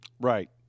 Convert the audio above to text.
Right